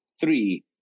three